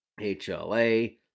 HLA